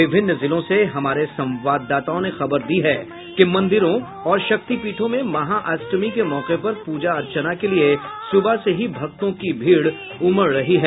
विभिन्न जिलों से हमारे संवाददाताओं ने खबर दी है कि मंदिरों और शक्तिपीठों में महाअष्टमी के मौके पर पूजा अर्चना के लिये सुबह से ही भक्तों की भीड़ उमड़ रही है